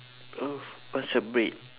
oh what's her breed